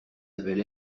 avaient